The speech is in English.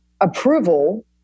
approval